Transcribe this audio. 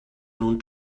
nun